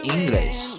English